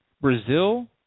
Brazil